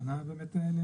הכוונה באמת למסכים,